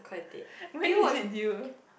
when is it due